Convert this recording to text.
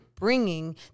bringing